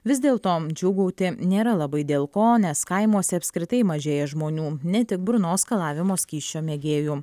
vis dėl to džiūgauti nėra labai dėl ko nes kaimuose apskritai mažėja žmonių ne tik burnos skalavimo skysčio mėgėjų